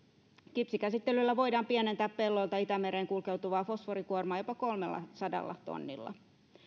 kipsikäsittelyllä voidaan pienentää pelloilta itämereen kulkeutuvaa fosforikuormaa jopa kolmellasadalla tonnilla